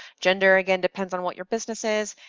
gender again depends on what your business is,